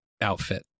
outfit